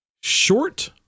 Short